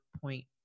point